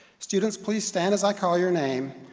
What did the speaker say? students, please stand as i call your name.